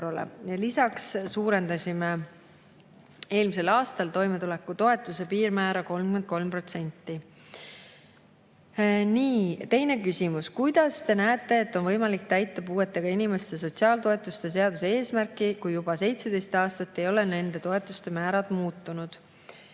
Lisaks suurendasime eelmisel aastal toimetulekutoetuse piirmäära 33%.Teine küsimus. "Kuidas Te näete, et on võimalik täita puuetega inimeste sotsiaaltoetuste seaduse eesmärki, kui juba 17 aastat ei ole nende toetuste määrad muutunud?"